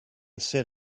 sit